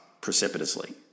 precipitously